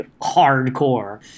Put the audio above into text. hardcore